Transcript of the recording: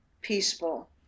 peaceful